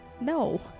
No